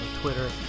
Twitter